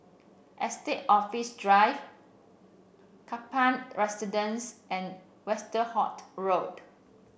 Estate Office Drive Kaplan Residence and Westerhout Road